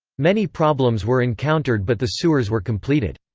many problems were encountered but the sewers were completed.